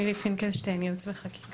אנחנו פותחים את הדיון של הוועדה לביטחון פנים.